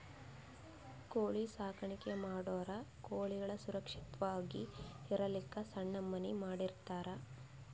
ಕೋಳಿ ಸಾಕಾಣಿಕೆ ಮಾಡೋರ್ ಕೋಳಿಗಳ್ ಸುರಕ್ಷತ್ವಾಗಿ ಇರಲಕ್ಕ್ ಸಣ್ಣ್ ಮನಿ ಮಾಡಿರ್ತರ್